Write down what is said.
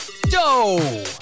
doe